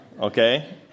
okay